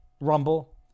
Rumble